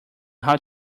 how